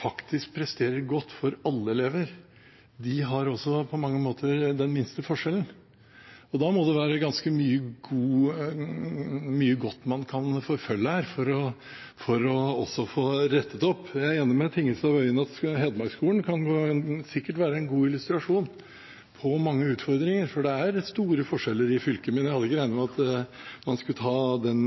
faktisk presterer godt for alle elever, også på mange måter har de minste forskjellene. Og da må det være ganske mye godt man kan forfølge her, også for å få rettet det opp. Jeg er enig med Tingelstad Wøien i at Hedmark-skolen sikkert kan være en god illustrasjon på mange utfordringer, for det er store forskjeller i fylket. Jeg hadde ikke regnet med at man skulle ta den